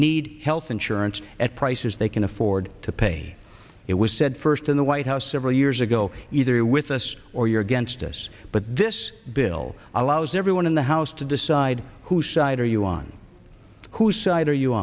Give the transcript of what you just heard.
need health insurance at prices they can afford to pay it was said first in the white house over years ago either with us or you're against us but this bill allows everyone in the house to decide whose side are you on whose side are you